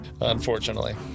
Unfortunately